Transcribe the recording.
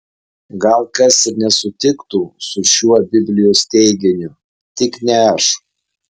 gal kas ir nesutiktų su šiuo biblijos teiginiu tik ne aš